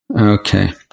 Okay